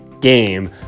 game